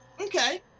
Okay